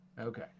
Okay